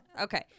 Okay